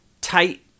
tight